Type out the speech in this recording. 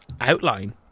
Outline